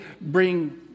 bring